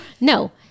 No